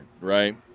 right